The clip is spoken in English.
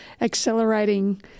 accelerating